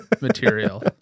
material